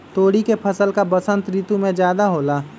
तोरी के फसल का बसंत ऋतु में ज्यादा होला?